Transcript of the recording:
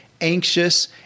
anxious